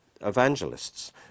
evangelists